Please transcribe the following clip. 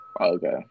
Okay